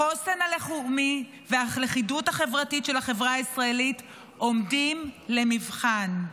החוסן הלאומי והלכידות החברתית של החברה הישראלית עומדים למבחן.